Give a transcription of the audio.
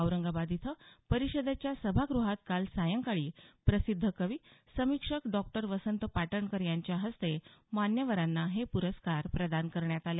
औरंगाबाद इथं परिषदेच्या सभागृहात काल सायंकाळी प्रसिद्ध कवी समीक्षक डॉ वसंत पाटणकर यांच्या हस्ते मान्यवरांना हे पुरस्कार प्रदान करण्यात आले